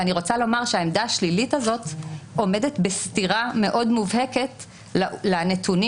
אני רוצה לומר שהעמדה השלילית הזאת עומדת בסתירה מאוד מובהקת לנתונים